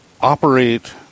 operate